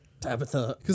Tabitha